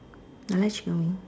I like chicken wing